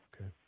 Okay